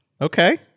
Okay